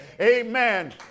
amen